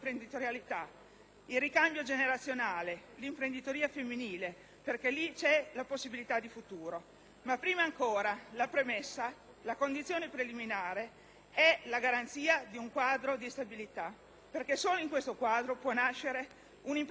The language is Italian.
il ricambio generazionale e l'imprenditoria femminile (perché lì c'è la possibilità di futuro). Ma, prima ancora, la condizione preliminare è la garanzia di un quadro di stabilità, perché solo in esso può nascere un'imprenditoria vera.